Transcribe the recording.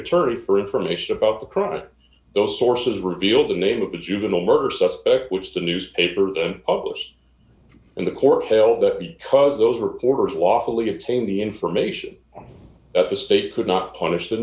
attorney for information about the crime those sources revealed the name of the juvenile murder suspect which the newspaper published in the court held that because those reporters lawfully obtained the information that the state could not punish the